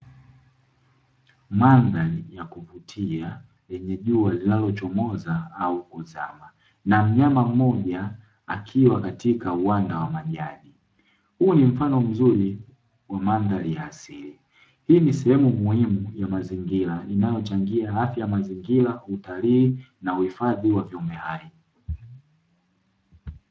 Mandhari ya kuvutia, yenye jua linalochomoza au kuzaa, na mnyama mmoja akiwa katika uwanda wa majani. Huu ni mfano mzuri wa mandhari ya asili, hii ni sehemu muhimu ya mazingira inayochangia afya ya mazingira, utalii, na uhifadhi wa viumbe hai.